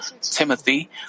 Timothy